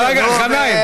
בסדר, נו.